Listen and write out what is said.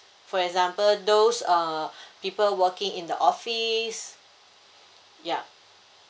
for example those uh people working in the office ya